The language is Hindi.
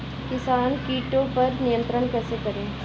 किसान कीटो पर नियंत्रण कैसे करें?